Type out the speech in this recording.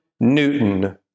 Newton